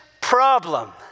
problem